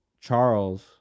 Charles